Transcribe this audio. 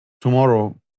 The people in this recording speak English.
tomorrow